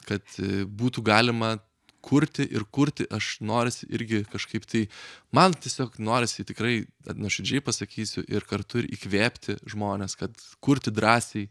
kad būtų galima kurti ir kurti aš norisi irgi kažkaip tai man tiesiog norisi tikrai nuoširdžiai pasakysiu ir kartu ir įkvėpti žmones kad kurti drąsiai